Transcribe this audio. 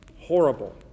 Horrible